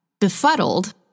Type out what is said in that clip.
Befuddled